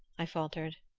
i faltered.